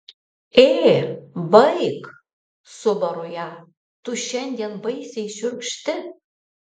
ė baik subaru ją tu šiandien baisiai šiurkšti